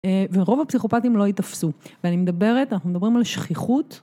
ורוב הפסיכופתים לא ייתפסו, כשאני מדברת, אנחנו מדברים על שכיחות.